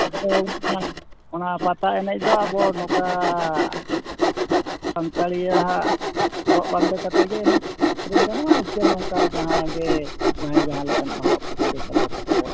ᱟᱫᱚ ᱚᱱᱟ ᱯᱟᱛᱟ ᱮᱱᱮᱡ ᱫᱚ ᱟᱵᱚ ᱱᱚᱝᱠᱟ ᱥᱟᱱᱛᱟᱲᱤᱭᱟᱜᱼᱟ ᱦᱚᱨᱚᱜ ᱵᱟᱸᱫᱮ ᱠᱟᱛᱮᱫ ᱜᱮ ᱮᱱᱮᱡ ᱥᱮᱨᱮᱧ ᱜᱟᱱᱚᱜᱼᱟ ᱥᱮ ᱱᱚᱝᱠᱟ ᱡᱟᱦᱟᱸ ᱜᱮ ᱡᱟᱦᱟᱸᱭ ᱡᱟᱦᱟᱸ ᱞᱮᱠᱟᱱᱟᱜ ᱦᱚᱨᱚᱜ ᱠᱟᱛᱮᱫ ᱜᱮ ᱪᱟᱞᱟᱣ ᱠᱟᱛᱮᱫ ᱵᱚᱱ